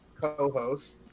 co-host